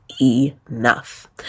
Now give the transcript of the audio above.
enough